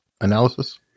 analysis